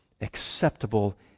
Acceptable